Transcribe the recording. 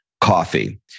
coffee